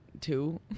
two